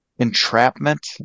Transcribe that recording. entrapment